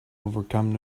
overcome